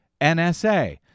NSA